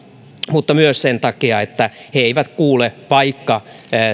mutta myös sen takia että he eivät kuule vaikka